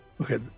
Okay